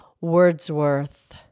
Wordsworth